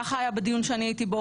ככה היה בדיון שאני הייתי בו,